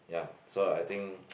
ya so I think